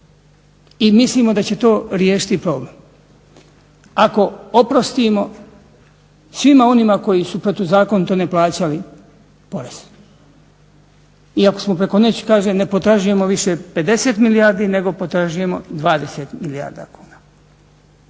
i mislimo da će to riješiti problem, ako oprostimo svima onima koji su protuzakonito ne plaćali porez i ako smo preko noći ne potražujmo više 50 milijardi nego potražujemo 20 milijardi kuna.